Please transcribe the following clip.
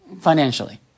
financially